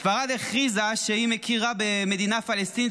ספרד הכריזה שהיא מכירה במדינה פלסטינית